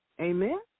Amen